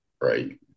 Right